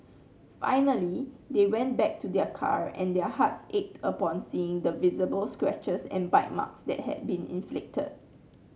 finally they went back to their car and their hearts ached upon seeing the visible scratches and bite marks that had been inflicted